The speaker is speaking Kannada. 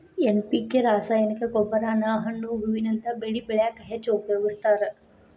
ಎನ್.ಪಿ.ಕೆ ರಾಸಾಯನಿಕ ಗೊಬ್ಬರಾನ ಹಣ್ಣು ಹೂವಿನಂತ ಬೆಳಿ ಬೆಳ್ಯಾಕ ಹೆಚ್ಚ್ ಉಪಯೋಗಸ್ತಾರ